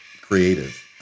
Creative